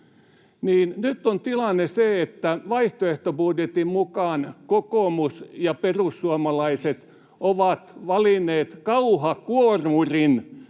nyt on tilanne se, että vaihtoehtobudjetin mukaan kokoomus ja perussuomalaiset ovat valinneet kauhakuormurin,